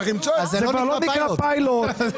גברת סביון,